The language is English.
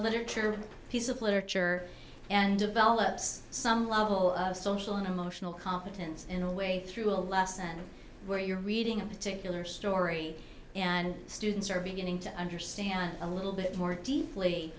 literature piece of literature and develops some level of social emotional competence in a way through a lesson where you're reading a particular story and students are beginning to understand a little bit more deeply